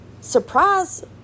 surprise